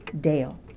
Dale